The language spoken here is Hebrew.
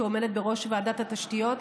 שעומדת בראש ועדת התשתיות,